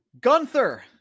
Gunther